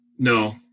No